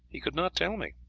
he could not tell me.